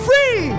Free